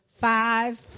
five